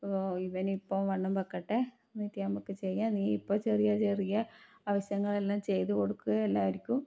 ഓ ഇവനിപ്പം വണ്ണം വയ്ക്കട്ടെ നിക്ക് നമുക്ക് ചെയ്യാം നീ ഇപ്പം ചെറിയ ചെറിയ ആവശ്യങ്ങളെല്ലാം ചെയ്ത് കൊടുക്ക് എല്ലാവർക്കും